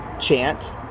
Chant